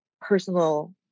personal